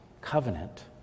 covenant